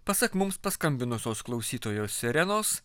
pasak mums paskambinusios klausytojos irenos